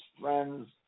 friends